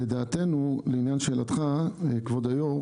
לדעתנו, לשאלתך כבוד היושב ראש.